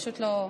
פשוט לא.